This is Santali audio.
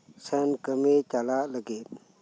ᱥᱮᱱ ᱠᱟᱹᱢᱤ ᱪᱟᱞᱟᱜ ᱞᱟᱹᱜᱤᱫ